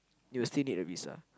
you'll still need a visa